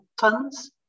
tons